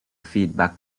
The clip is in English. feedback